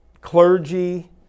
clergy